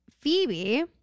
Phoebe